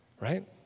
Right